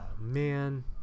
man